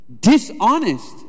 dishonest